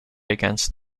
against